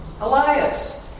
Elias